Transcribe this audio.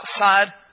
outside